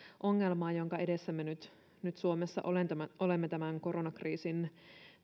ongelmaa jonka edessä me nyt nyt suomessa olemme tämän koronakriisin